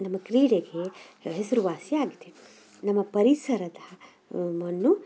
ನಮ್ಮ ಕ್ರೀಡೆಗೆ ಹೆಸರುವಾಸಿ ಆಗಿದೆ ನಮ್ಮ ಪರಿಸರದ ಮಣ್ಣು